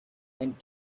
end